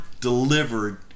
delivered